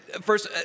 First